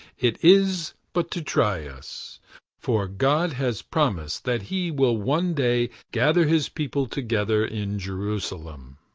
it is but to try us for god has promised that he will one day gather his people together in jerusalem.